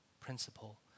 principle